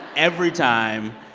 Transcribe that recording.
every time,